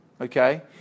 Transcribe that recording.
Okay